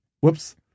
Whoops